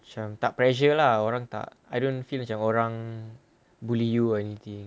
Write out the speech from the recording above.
macam tak pressure lah orang tak I don't feel macam orang bully you or anything